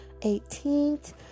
18th